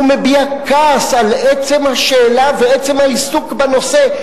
הוא מביע כעס על עצם השאלה ועל עצם העיסוק בנושא.